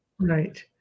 Right